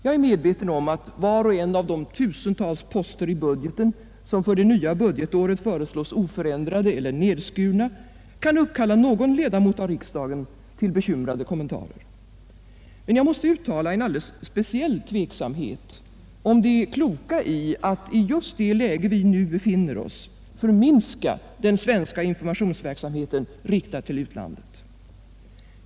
Jag är medveten om att var och en av de tusentals poster i budgeten som för det nya budgetåret föreslås oförändrade eller nedskurna kan uppkalla någon ledamot av riksdagen till bekymrade kommentarer. Men jag måste uttrycka en alldeles speciell tveksamhet i fråga om det kloka i att, i det läge där vi just nu befinner oss, förminska den svenska informationsverksamheten riktad till utlandet.